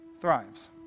thrives